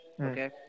Okay